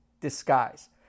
disguise